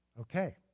Okay